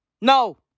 No